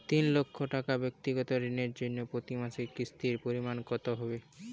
তিন লক্ষ টাকা ব্যাক্তিগত ঋণের জন্য প্রতি মাসে কিস্তির পরিমাণ কত হবে?